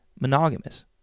monogamous